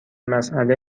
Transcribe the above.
مسئله